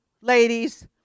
ladies